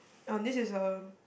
hmm this is a